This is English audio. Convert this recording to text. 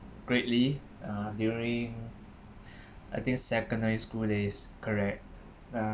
greatly uh during I think secondary school days correct uh